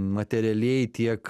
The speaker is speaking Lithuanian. materialiai tiek